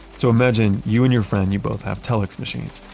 so, imagine you and your friend, you both have telex machines.